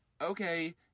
okay